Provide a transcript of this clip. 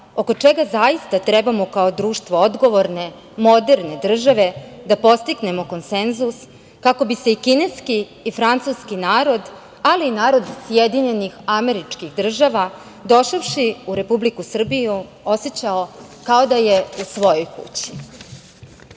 oko čega zaista trebamo kao društvo odgovorne, moderne države da postignemo konsenzus kako bi se i kineski i francuski narod, ali i narod SAD došavši u Republiku Srbiju osećao kao da je u svojoj